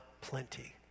plenty